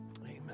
Amen